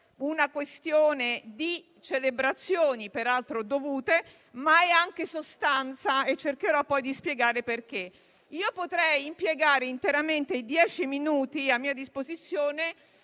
una questione di celebrazioni, peraltro dovute, ma anche di sostanza e cercherò di spiegarlo. Potrei impiegare interamente i dieci minuti a mia disposizione